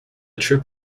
trip